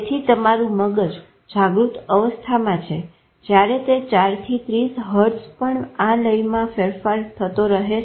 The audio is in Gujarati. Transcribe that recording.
તેથી તમારું મગજ જાગૃત અવસ્થામાં છે જયારે તે 4 થી 30 હર્ટઝ પણ આ લયમાં ફેરફાર થતો રહે છે